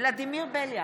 ולדימיר בליאק,